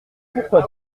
pourquoi